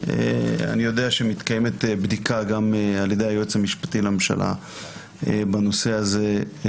אני יודע שמתקיימת גם בדיקה על ידי היועץ המשפטי לממשלה בנושא הזה.